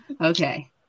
Okay